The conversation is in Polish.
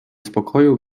spokoju